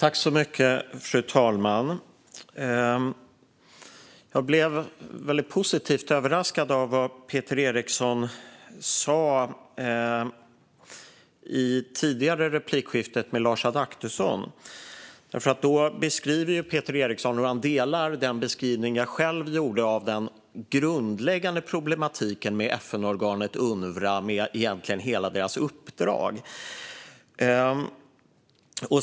Fru talman! Jag blev väldigt positivt överraskad av vad Peter Eriksson sa i det tidigare replikskiftet med Lars Adaktusson. Där beskrev nämligen Peter Eriksson hur han delar den beskrivning jag själv gav av den grundläggande problematiken med FN-organet Unrwa och, egentligen, hela deras uppdrag.